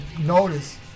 notice